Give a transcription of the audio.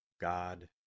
God